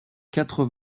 quatre